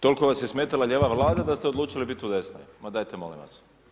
Toliko vas je smetala lijeva Vlada da ste odlučili biti u desnoj, ma dajte molim vas.